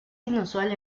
inusual